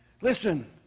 Listen